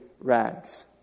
rags